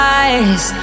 eyes